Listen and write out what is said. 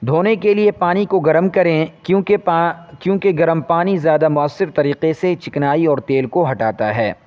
دھونے کے لیے پانی کو گرم کریں کیونکہ کیونکہ گرم پانی زیادہ موثر طریقے سے چکنائی اور تیل کو ہٹاتا ہے